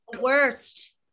worst